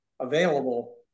available